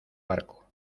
barco